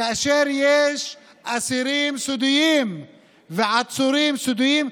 כאשר יש אסירים סודיים ועצורים סודיים,